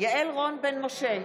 יעל רון בן משה,